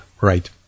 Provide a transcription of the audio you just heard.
right